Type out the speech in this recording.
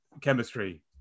chemistry